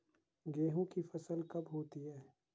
गेहूँ की फसल कब होती है?